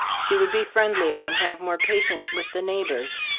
she would be friendlier, and have more patience with the neighbours.